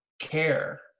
care